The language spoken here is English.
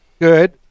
good